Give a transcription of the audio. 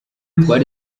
twari